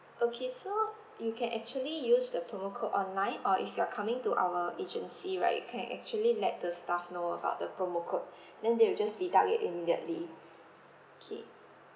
okay so you can actually use the promo code online or if you are coming to our agency right you can actually let the staff know about the promo code then they will just deduct it immediately K